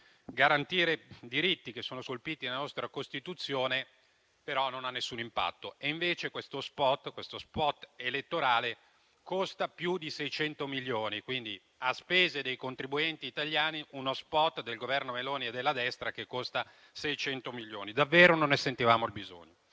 garantire diritti che sono scolpiti nella nostra Costituzione, però non ha nessun impatto. Invece questo spot elettorale costa più di 600 milioni: a spese dei contribuenti italiani, si fa uno spot del Governo Meloni e della destra che costa 600 milioni. Davvero non ne sentivamo il bisogno.